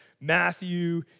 Matthew